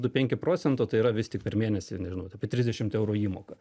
du penki procento tai yra vis tik per mėnesį nežinau apie trisdešimt eurų įmoka